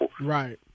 Right